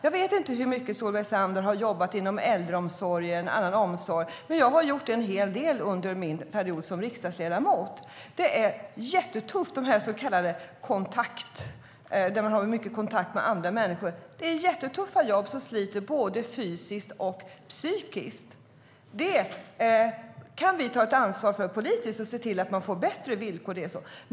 Jag vet inte om Solveig Zander har jobbat inom äldreomsorgen eller annan omsorg, men jag har gjort det en hel del under min period som riksdagsledamot. De här jobben där man har mycket kontakt med andra människor är jättetuffa och sliter både fysiskt och psykiskt. Det kan vi ta ett ansvar för politiskt och se till att man får bättre villkor.